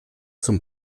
zum